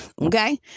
okay